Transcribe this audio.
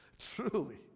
Truly